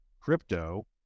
crypto